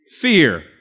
fear